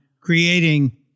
creating